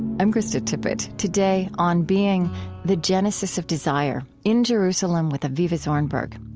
i'm krista tippett. today, on being the genesis of desire in jerusalem with avivah zornberg.